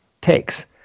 takes